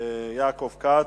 יעקב כץ.